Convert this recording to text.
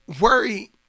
worry